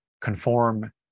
conform